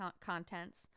contents